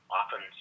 often